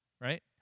right